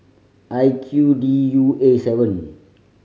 I Q D U A seven